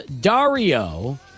dario